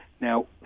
now